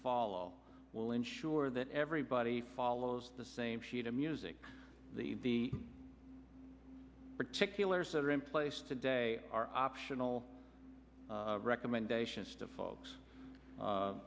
follow will ensure that everybody follows the same sheet of music the particulars that are in place today are optional recommendations to folks